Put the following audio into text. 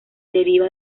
deriva